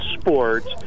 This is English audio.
sports